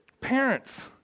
Parents